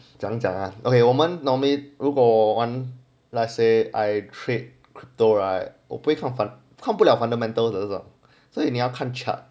讲讲啊 okay 我们 normally 如果玩 let's say I trade crypto right 我不会 fun~ 看不了 fundamental 的所以你要看 chart